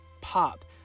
pop